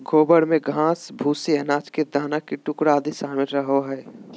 गोबर में घास, भूसे, अनाज के दाना के टुकड़ा आदि शामिल रहो हइ